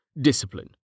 discipline